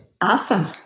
Awesome